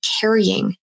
carrying